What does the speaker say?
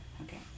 Okay